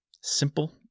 Simple